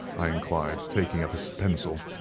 i inquired, taking up a so pencil.